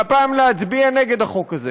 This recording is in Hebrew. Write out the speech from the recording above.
והפעם להצביע נגד החוק הזה